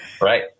Right